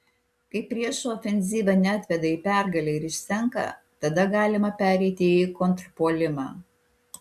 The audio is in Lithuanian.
kai priešo ofenzyva neatveda į pergalę ir išsenka tada galima pereiti į kontrpuolimą